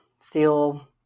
feel